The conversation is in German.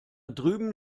drüben